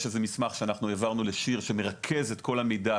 יש מסמך שהעברנו לשיר שמרכז את כל המידע,